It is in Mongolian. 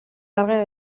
даргын